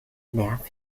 nerve